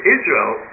Israel